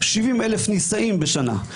70,000 נישאים בשנה,